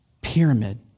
pyramid